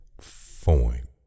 fine